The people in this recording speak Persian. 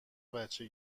بچه